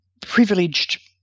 privileged